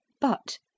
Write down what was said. But